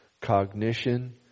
cognition